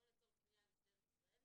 או לצורך פניה למשטרת ישראל,